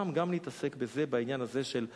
פעם גם נתעסק בזה, בעניין הזה של ה"בריונים",